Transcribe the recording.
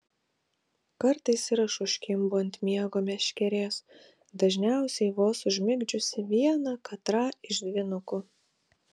kartais ir aš užkimbu ant miego meškerės dažniausiai vos užmigdžiusi vieną katrą iš dvynukų